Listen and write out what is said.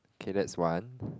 okay that's one